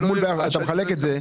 אתה מחלק את זה.